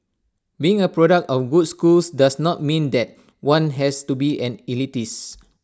being A product of A good schools does not mean that one has to be an elitist